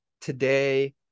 today